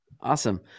Awesome